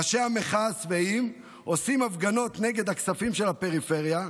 ראשי המחאה השבעים עושים הפגנות נגד הכספים של הפריפריה.